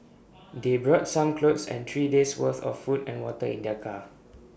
they brought some clothes and three days' worth of food and water in their car